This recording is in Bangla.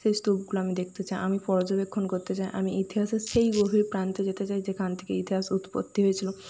সেই স্তূপগুলো আমি দেখতে চাই আমি পর্যবেক্ষণ করতে চাই আমি ইতিহাসের সেই গভীর প্রান্তে যেতে চাই যেখান থেকে ইতিহাস উৎপত্তি হয়েছিলো